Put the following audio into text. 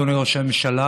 אדוני ראש הממשלה,